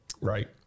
Right